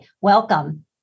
Welcome